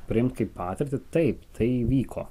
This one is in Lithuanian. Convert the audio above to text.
priimt kaip patirtį taip tai įvyko